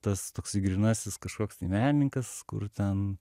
tas toksai grynasis kažkoks tai menininkas kur ten